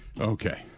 Okay